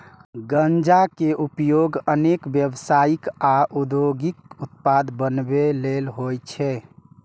गांजा के उपयोग अनेक व्यावसायिक आ औद्योगिक उत्पाद बनबै लेल होइ छै